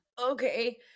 okay